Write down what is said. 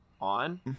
on